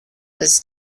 was